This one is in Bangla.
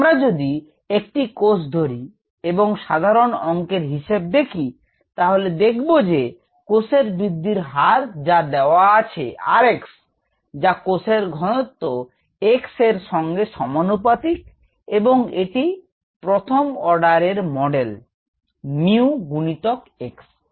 আমরা যদি একটি কোষ ধরি এবং সাধারন অঙ্কের হিসাব দেখি তাহলে দেখব যে কোষের বৃদ্ধির হার যা দেওয়া আছে 𝑟𝑥 যা কোষের ঘনত্ব x এর সঙ্গে সমানুপাতিক এবং এটি প্রথম অর্ডার এর মডেল 𝜇 গুনিতক 𝑥